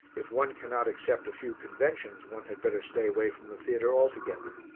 if one cannot accept a few conventions one had better stay away from the theatre altogether.